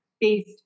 based